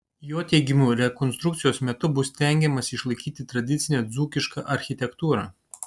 jo teigimu rekonstrukcijos metu bus stengiamasi išlaikyti tradicinę dzūkišką architektūrą